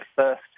first